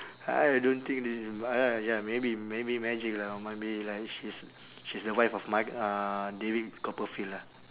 I don't think this is ah ya maybe maybe magic lah or might be like she's she's the wife of m~ uh david copperfield ah